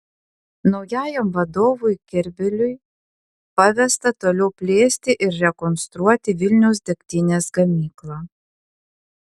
naujajam vadovui kerbeliui pavesta toliau plėsti ir rekonstruoti vilniaus degtinės gamyklą